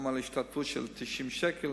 גם על השתתפות של 90 שקל,